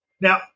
Now